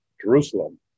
Jerusalem